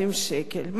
מה שאני רואה,